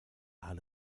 out